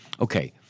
Okay